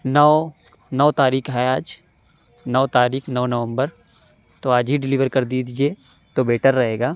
نو نو تاریخ ہے آج نو تاریخ نو نومبر تو آج ہی ڈلیور کر دیجیے تو بیٹر رہے گا